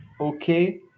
okay